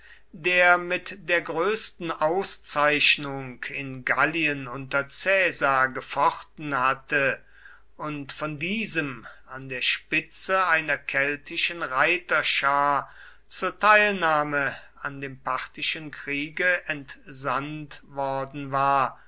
der mit der größten auszeichnung in gallien unter caesar gefochten hatte und von diesem an der spitze einer keltischen reiterschar zur teilnahme an dem parthischen kriege entsandt worden war